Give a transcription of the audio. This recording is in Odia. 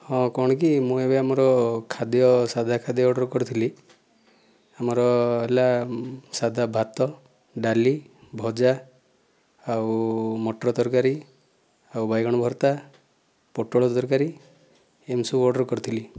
ହଁ କ'ଣ କି ମୁଁ ଆମର ଏବେ ଆମର ଖାଦ୍ୟ ସାଧା ଖାଦ୍ୟ ଅର୍ଡ଼ର କରିଥିଲି ଆମର ହେଲା ସାଧା ଭାତ ଡାଲି ଭଜା ଆଉ ମଟରତରକାରୀ ଆଉ ବାଇଗଣ ଭର୍ତ୍ତା ପୋଟଳ ତରକାରୀ ଏମିତି ସବୁ ଅର୍ଡ଼ର କରିଥିଲି